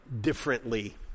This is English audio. differently